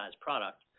product